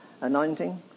anointing